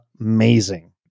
amazing